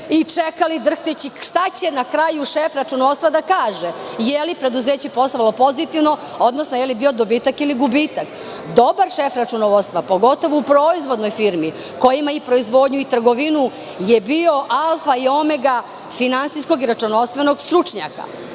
i čekali drhteći šta će na kraju šef računovodstva da kaže – je li preduzeće poslovalo pozitivno, odnosno je li bilo dobitak i gubitak? Dobar šef računovodstva pogotovo u proizvodnoj firmi koji ima i proizvodnju i trgovinu je bio alfa i omega finansijsko-računovodstvenog stručnjaka. Tako